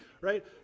right